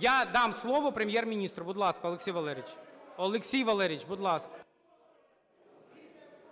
я дам слово Прем'єр-міністру. Будь ласка, Олексій Валерійович. Олексій Валерійович, будь ласка.